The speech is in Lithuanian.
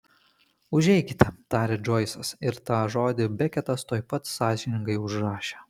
užeikite tarė džoisas ir tą žodį beketas tuoj pat sąžiningai užrašė